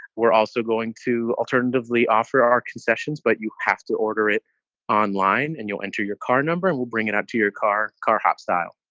we're also going to alternatively offer our concessions, but you have to order it online and you'll enter your card number and we'll bring it out to your car. car hop style.